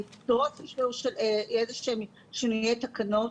--- איזה שהם שינויי תקנות.